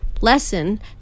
Lesson